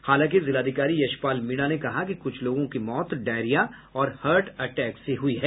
हालांकि जिलाधिकारी यशपाल मीणा ने कहा कि कुछ लोगों की मौत डायरिया और हार्ट अटैक से हुई है